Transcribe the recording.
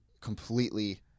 completely